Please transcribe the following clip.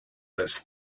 this